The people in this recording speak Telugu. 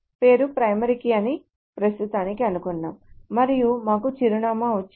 పేరు ప్రైమరీ కీ అని ప్రస్తుతానికి అనుకుందాం మరియు మాకు చిరునామా వచ్చింది